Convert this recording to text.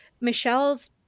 Michelle's